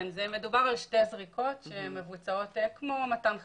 כן, מדובר בשתי זריקות שמבוצעות כמו מתן חיסון.